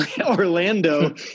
Orlando